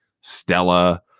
stella